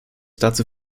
dazu